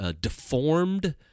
deformed